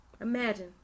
Imagine